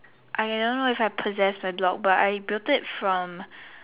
I don't if I possess a blog but I built it from